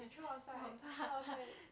throw outside throw outside